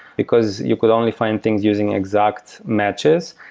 because you could only find things using exact matches.